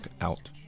out